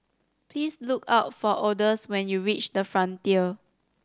please look for Odus when you reach The Frontier